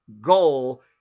goal